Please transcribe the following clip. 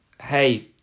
hey